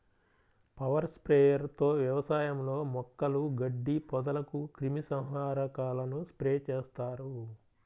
power sprayer తో వ్యవసాయంలో మొక్కలు, గడ్డి, పొదలకు క్రిమి సంహారకాలను స్ప్రే చేస్తారు